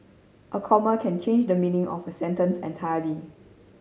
a comma can change the meaning of a sentence entirely